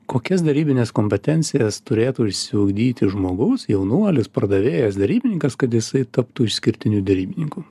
kokias darybines kompetencijas turėtų išsiugdyti žmogaus jaunuolis pardavėjas derybininkas kad jisai taptų išskirtiniu derybininku